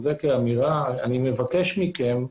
אני מבקש מכם,